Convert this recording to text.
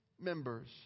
members